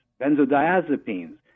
benzodiazepines